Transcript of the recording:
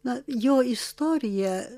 na jo istorija